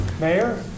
mayor